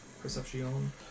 Perception